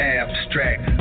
abstract